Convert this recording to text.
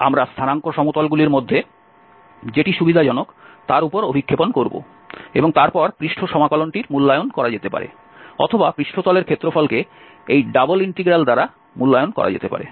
আমরা স্থানাঙ্ক সমতলগুলির মধ্যে যেটি সুবিধাজনক তার উপর অভিক্ষেপণ করব এবং তারপর পৃষ্ঠ সমাকলনটির মূল্যায়ন করা যেতে পারে অথবা পৃষ্ঠতলের ক্ষেত্রফলকে এই ডাবল ইন্টিগ্রাল দ্বারা মূল্যায়ন করা যেতে পারে